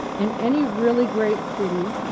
in any really great city,